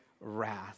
wrath